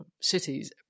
cities